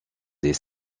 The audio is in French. des